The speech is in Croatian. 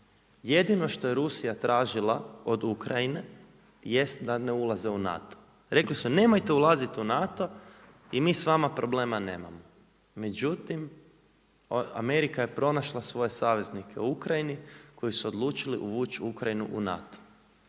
Jedino što je Rusija tražila od Ukrajine jest da ne ulaze u NATO. Rekli su nemojte ulaziti u NATO i mi s vama problema nemamo. Međutim, Amerika je pronašla svoje saveznike u Ukrajini koji su odlučili uvući Ukrajinu u NATO